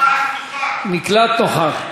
נקלט "נוכח".